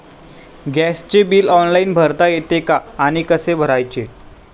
गॅसचे bill online भरता येते का आणि कसे भरायचे?